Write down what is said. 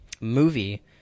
movie